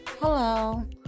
Hello